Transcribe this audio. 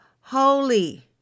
holy